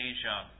Asia